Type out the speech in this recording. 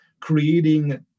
creating